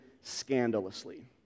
scandalously